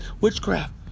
witchcraft